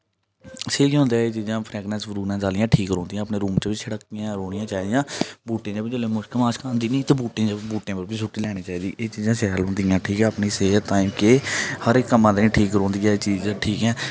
स्हेई होंदा एह् चीजां फ्रैगनस फ्रैगनस आहलियां ठीक रौंहदिया अपने रूम च बी छड़ा इ'यां रौहनियां चाहदियां बूटें च बी जेल्लै मुश्क आंदी ते मिगी में ते बूटें उप्पर बी सुट्टी लैनी चाहिदी एह् चीजां शैल रौंह्दिया ठीक ऐ अपनी सेहत ताहीं केह् हर इक कम्मा ताहीं ठीक रौंह्दिया एह् चीज ठीक ऐ